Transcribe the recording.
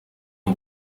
w’u